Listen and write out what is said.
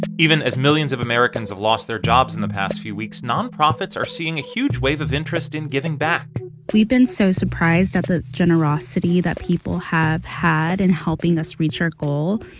even as millions of americans have lost their jobs in the past few weeks, nonprofits are seeing a huge wave of interest in giving back we've been so surprised at the generosity that people have had in helping us reach our goal.